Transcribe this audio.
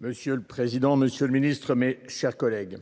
Monsieur le président, monsieur le ministre, mes chers collègues,